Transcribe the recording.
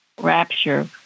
rapture